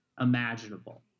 imaginable